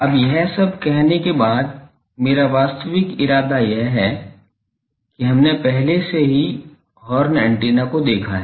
अब यह सब कहने के बाद मेरा वास्तविक इरादा यह है कि हमने पहले से ही हॉर्न एंटीना को देखा है